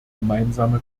gemeinsame